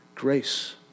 grace